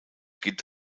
gilt